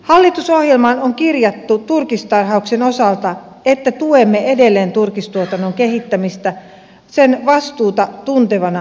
hallitusohjelmaan on kirjattu turkistarhauksen osalta että tuemme edelleen turkistuotannon kehittämistä vastuuta tuntevana elinkeinona